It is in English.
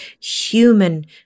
human